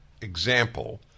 example